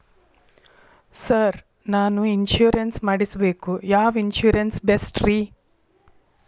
Sir ನಾನು insurance ಮಾಡಿಸಬೇಕು ಯಾವ ಇನ್ಶೂರೆನ್ಸ್ ಬೆಸ್ಟ್ರಿ?